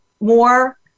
more